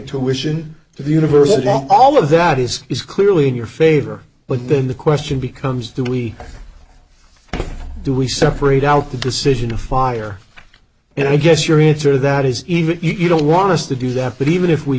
tuition to the university on all of that is is clearly in your favor but then the question becomes do we do we separate out the decision to fire and i guess your answer to that is even you don't want us to do that but even if we